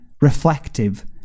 reflective